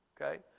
okay